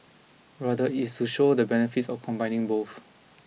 rather is to show the benefits of combining both